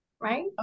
right